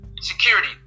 security